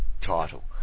title